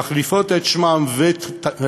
שמחליפות את שמן, ואת תוכנן,